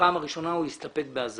בפעם הראשונה הוא יסתפק באזהרה.